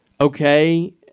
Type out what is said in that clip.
okay